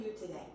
today